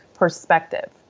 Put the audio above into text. perspective